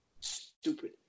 stupid